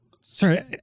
Sorry